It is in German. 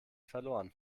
verloren